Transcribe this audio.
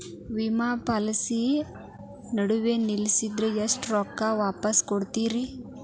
ವಿಮಾ ಪಾಲಿಸಿ ನಡುವ ನಿಲ್ಲಸಿದ್ರ ಎಷ್ಟ ರೊಕ್ಕ ವಾಪಸ್ ಕೊಡ್ತೇರಿ?